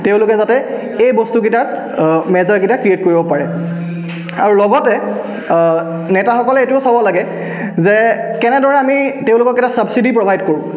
তেওঁলোকে যাতে এই বস্তুটোকেইটা মেজাৰকেইটা ক্ৰিয়েট কৰিব পাৰে আৰু লগতে নেতাসকলে এইটোও চাব লাগে যে কেনেদৰে আমি তেওঁলোকক এটা চাবচিডি প্ৰ'ভাইড কৰোঁ